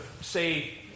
say